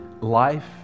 Life